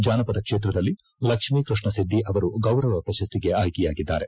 ಜಾನಪದ ಕ್ಷೇತ್ರದಲ್ಲಿ ಲಕ್ಷಿ ಕೃಷ್ಣ ಸಿದ್ದಿ ಅವರು ಗೌರವ ಪ್ರಶಸ್ತಿಗೆ ಆಯ್ಕೆಯಾಗಿದ್ದಾರೆ